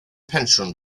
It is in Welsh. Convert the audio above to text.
pensiwn